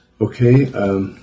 Okay